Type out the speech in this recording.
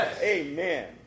Amen